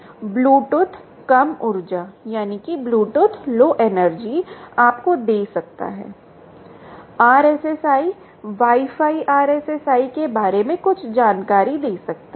BLE Bluetooth कम ऊर्जा आपको दे सकता है RSSI वाई फाई RSSI के बारे में कुछ जानकारी फेंक सकता है